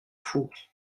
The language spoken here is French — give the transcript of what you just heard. four